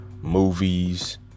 movies